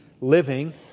living